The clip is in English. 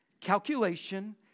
calculation